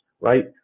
right